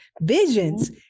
visions